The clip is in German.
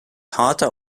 harter